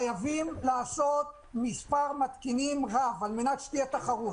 חייבים לעשות מספר מתקינים רב על מנת שתהיה תחרות.